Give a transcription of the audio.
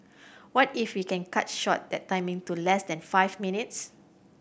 what if we can cut short that timing to less than five minutes